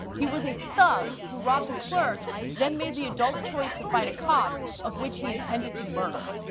he was a thug, who robbed a clerk then made the adult choice to fight a cop, of which he intended to murder.